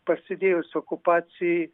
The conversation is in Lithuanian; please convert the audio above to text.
prasidėjus okupacijai